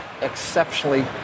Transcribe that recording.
exceptionally